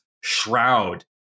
Shroud